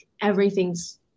everything's